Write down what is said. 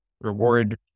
reward